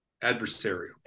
adversarial